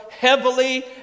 heavily